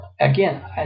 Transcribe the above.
again